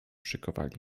szykowali